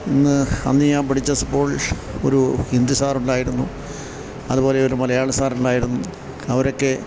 ഇന്ന് അന്ന് ഞാൻ പഠിച്ചപ്പോള് ഒരു ഹിന്ദി സാറുണ്ടായിരുന്നു അതുപോലെ ഒരു മലയാളം സാറുണ്ടായിരുന്നു അവരൊക്കെ